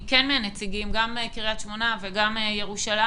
גם מקריית שמונה וגם מירושלים,